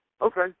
Okay